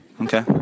Okay